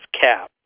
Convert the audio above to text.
CAP